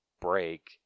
break